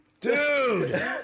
dude